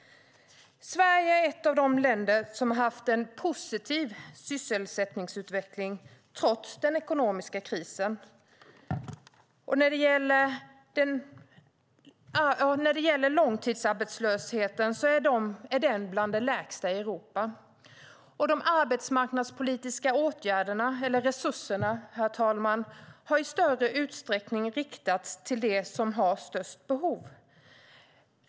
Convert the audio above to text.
Sverige är ett av de länder som har haft en positiv sysselsättningsutveckling trots den ekonomiska krisen. När det gäller långtidsarbetslösheten är den bland de lägsta i Europa. De arbetsmarknadspolitiska resurserna, herr talman, har i större utsträckning riktats till dem som har störst behov.